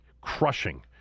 crushing